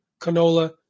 canola